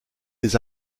des